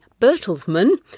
Bertelsmann